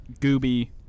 Gooby